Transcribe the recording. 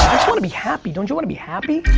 wanna be happy. don't you wanna be happy?